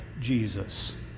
jesus